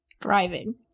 Driving